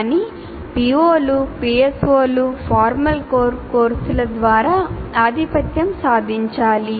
కానీ POలు PSOలు ఫార్మల్ కోర్ కోర్సుల ద్వారా ఆధిపత్యం సాధించాలి